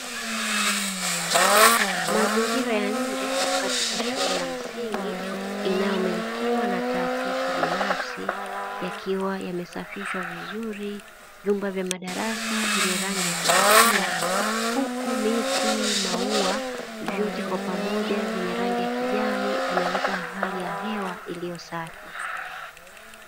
Mazingira ya nje katika shule ya msingi, inayomilikiwa na taasisi binafsi, yakiwa yamesafishwa vizuri, vyumba vya madarasa yenye rangi ya kuvutia. Huku miti, maua, vyote kwa pamoja vyenye rangi ya kijani vinaleta hali ya hewa iliyo safi.